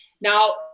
Now